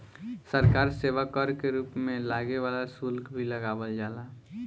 सरकार सेवा कर के रूप में लागे वाला शुल्क भी लगावल जाला